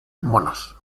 monos